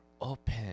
open